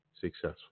successful